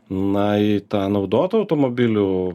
na į tą naudotą automobilių